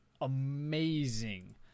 amazing